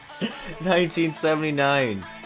1979